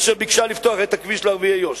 אשר ביקשה לפתוח את הכביש לערביי יו"ש.